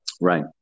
Right